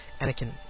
Anakin